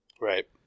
right